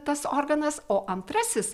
tas organas o antrasis